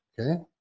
okay